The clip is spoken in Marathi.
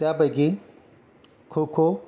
त्यापैकी खोखो